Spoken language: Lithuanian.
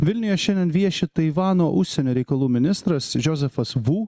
vilniuje šiandien vieši taivano užsienio reikalų ministras džiozefas vu